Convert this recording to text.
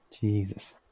Jesus